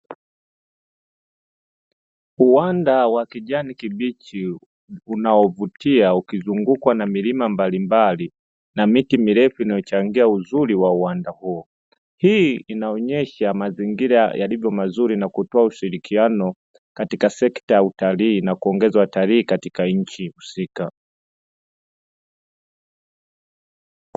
Uwandawa kijani kibichi unaovutia ukizungukwa na milima mbalimbalina miti mirefu, inayochangia uzuri wa uwanda huo hii inaonyesha mazingira yalivyo mazuri na kutoa ushirikiano katika sekta ya utalii na kuongeza talii katika nchi husika.